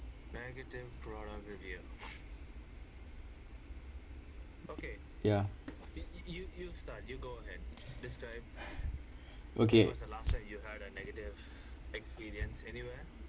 ya okay